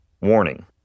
Warning